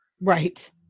Right